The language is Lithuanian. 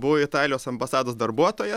buvau italijos ambasados darbuotojas